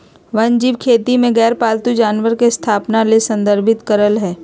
वन्यजीव खेती में गैर पालतू जानवर के स्थापना ले संदर्भित करअ हई